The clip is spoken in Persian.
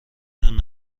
نوع